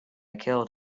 killed